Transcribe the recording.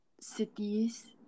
cities